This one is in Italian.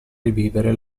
rivivere